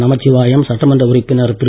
நமச்சிவாயம் சட்டமன்ற உறுப்பினர் திரு